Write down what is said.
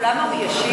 כולם מאוישים?